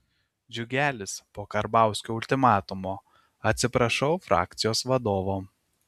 džiugelis po karbauskio ultimatumo atsiprašau frakcijos vadovo